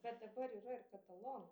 bet dabar yra ir katalonų